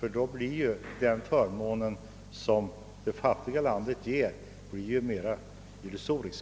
ty då blir denna förmån närmast illusorisk.